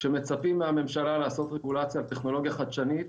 כשמצפים מהממשלה לעשות רגולציה על טכנולוגיה חדשנית,